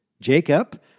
Jacob